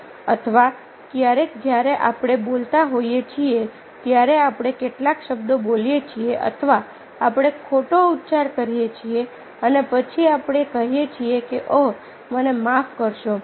અથવા ક્યારેક જ્યારે આપણે બોલતા હોઈએ છીએ ત્યારે આપણે કેટલાક શબ્દો બોલીએ છીએ અથવા આપણે ખોટો ઉચ્ચાર કરીએ છીએ અને પછી આપણે કહીએ છીએ કે ઓહ મને માફ કરશો